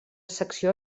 secció